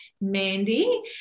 Mandy